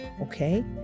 okay